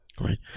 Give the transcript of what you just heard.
right